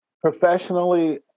Professionally